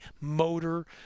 Motor